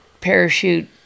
parachute